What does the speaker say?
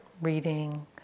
reading